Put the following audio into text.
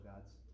God's